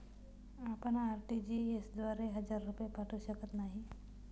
आपण आर.टी.जी.एस द्वारे हजार रुपये पाठवू शकत नाही